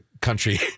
country